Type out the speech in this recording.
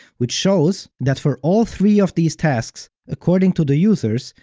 which shows that for all three of these tasks, according to the users,